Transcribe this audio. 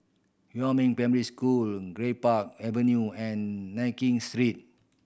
Huamin Primary School Greenpark Avenue and Nankin Street